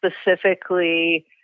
specifically